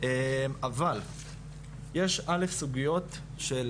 אבל יש א', סוגיות של